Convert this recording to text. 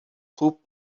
خوب